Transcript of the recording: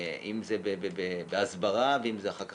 אם זה בהסברה ואם זה אחר כך